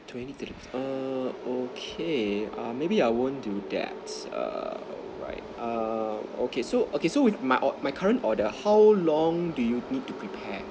twenty three err okay um maybe I won't do that err right err okay so okay so with or~ my current my current order how long do you need to prepare